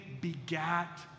begat